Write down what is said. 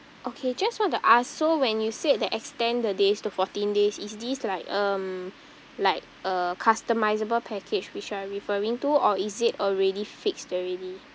okay just want to ask so when you said that extend the days to fourteen days is this like um like a customisable package which you're referring to or is it already fixed already